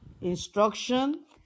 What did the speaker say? instruction